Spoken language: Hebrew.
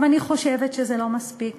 גם אני חושבת שזה לא מספיק.